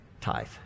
tithe